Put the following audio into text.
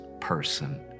person